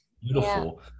beautiful